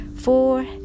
four